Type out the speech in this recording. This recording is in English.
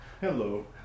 Hello